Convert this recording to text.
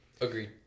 Agreed